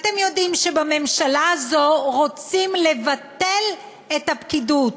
אתם יודעים שבממשלה הזאת רוצים לבטל את הפקידות,